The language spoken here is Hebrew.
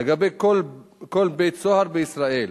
לגבי כל בית-סוהר בישראל.